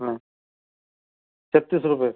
हा छत्तीस रुपये